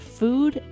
food